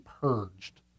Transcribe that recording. purged